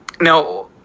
Now